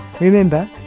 Remember